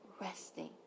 resting